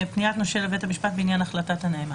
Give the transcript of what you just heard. "פניית נושה לבית המשפט בעניין החלטת הנאמן".